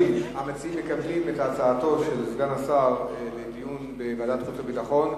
המציעים מקבלים את הצעתו של סגן השר לדיון בוועדת החוץ והביטחון.